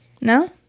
No